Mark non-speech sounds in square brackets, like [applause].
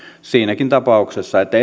siinäkin tapauksessa että [unintelligible]